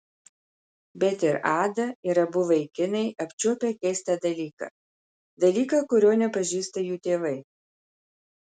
bet ir ada ir abu vaikinai apčiuopę keistą dalyką dalyką kurio nepažįsta jų tėvai